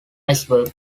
iceberg